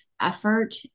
effort